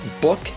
book